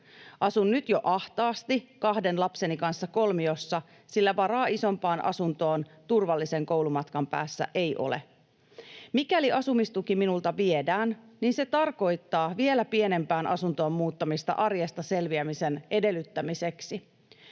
Asun nyt jo ahtaasti kahden lapseni kanssa kolmiossa, sillä varaa isompaan asuntoon turvallisen koulumatkan päässä ei ole. Mikäli asumistuki minulta viedään, niin se tarkoittaa vielä pienempään asuntoon muuttamista arjesta selviämisen edellyttämiseksi.